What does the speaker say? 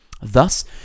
Thus